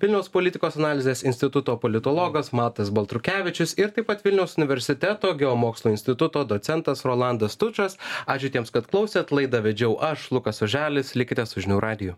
vilniaus politikos analizės instituto politologas matas baltrukevičius ir taip pat vilniaus universiteto geomokslų instituto docentas rolandas tučas ačiū tiems kad klausėt laidą vedžiau aš lukas oželis likite su žinių radiju